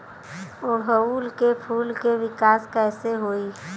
ओड़ुउल के फूल के विकास कैसे होई?